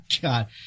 God